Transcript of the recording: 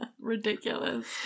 Ridiculous